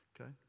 okay